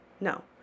no